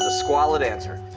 ah scale ah lid answer.